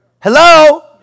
Hello